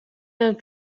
and